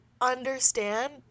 understand